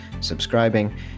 subscribing